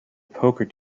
poker